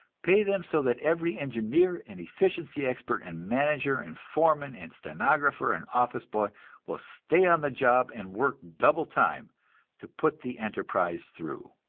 pay them so that every engineer and efficiency expert and manager and foreman and stenographer and office-boy will stay on the job and work double time to put the enterprise through!